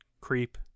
Creep